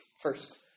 first